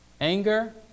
Anger